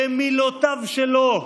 במילותיו שלו,